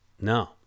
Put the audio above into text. no